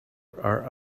are